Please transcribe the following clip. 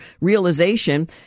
Realization